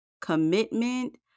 commitment